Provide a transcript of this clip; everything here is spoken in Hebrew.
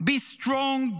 be strong,